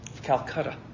Calcutta